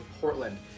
Portland